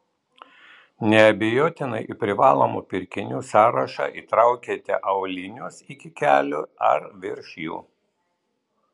neabejotinai į privalomų pirkinių sąrašą įtraukite aulinius iki kelių ar virš jų